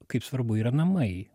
kaip svarbu yra namai